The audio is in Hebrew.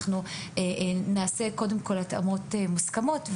אנחנו נעשה התאמות מוסכמות,